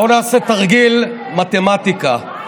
בואו נעשה תרגיל מתמטיקה: